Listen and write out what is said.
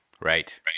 right